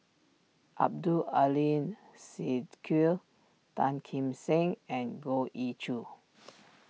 Abdul Aleem Siddique Tan Kim Seng and Goh Ee Choo